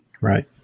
right